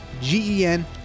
G-E-N